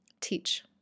teach